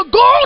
go